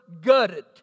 gutted